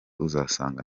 uzasanga